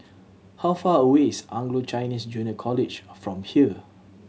how far away is Anglo Chinese Junior College from here